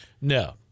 No